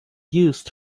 used